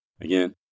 Again